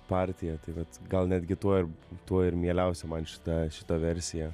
partiją bet gal netgi tuo ir tuo ir mieliausia man šita šita versija